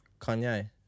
Kanye